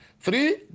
Three